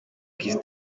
kiss